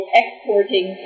exporting